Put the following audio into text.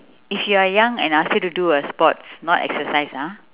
if you're young and ask you to do a sports not exercise ah